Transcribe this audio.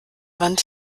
wand